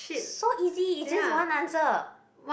so easy it's just one answer